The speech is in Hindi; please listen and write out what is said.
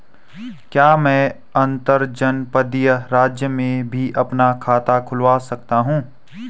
क्या मैं अंतर्जनपदीय राज्य में भी अपना खाता खुलवा सकता हूँ?